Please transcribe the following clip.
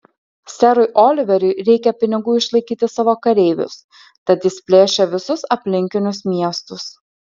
serui oliveriui reikia pinigų išlaikyti savo kareivius tad jis plėšia visus aplinkinius miestus